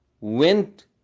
went